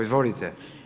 Izvolite.